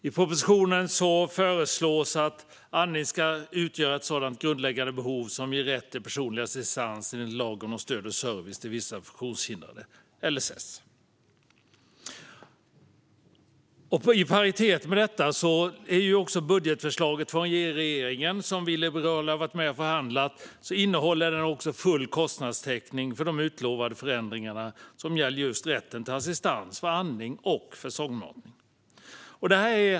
I propositionen föreslås att andning ska utgöra ett sådant grundläggande behov som ger rätt till personlig assistans enligt lagen om stöd och service till vissa funktionshindrade, LSS. I paritet med detta är budgetförslaget från regeringen, som vi liberaler har varit med och förhandlat. Det innehåller också full kostnadstäckning för de utlovade förändringarna som gäller just rätten till assistans för andning och sondmatning. Fru talman!